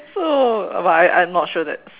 so but I I I'm not sure that's